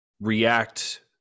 react